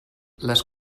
les